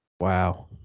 Wow